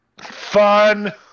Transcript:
Fun